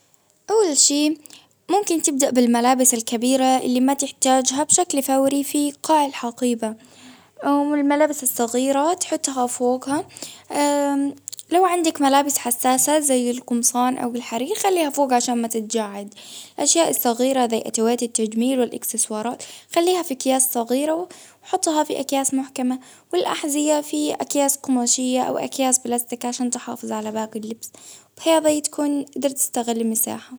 أول شي ممكن تبدأ بالملابس الكبيرة اللي ما تحتاجها بشكل فوري في قاع الحقيبة. والملابس الصغيرة تحطها فوقها، لو عندك ملابس حساسة زي القمصان أو الحرير خليها فوق عشان ما تتجاعد، أشياء صغيرة زي أدوات التجميل والإكسسوارات خليها في أكياس صغيرة، وحطها في أكياس محكمة والأحذية في أكياس قماشية أو أكياس بلاستيك عشان تحافظ على باقي اللبس، فيا تكون قدرتي تستغلي المساحة.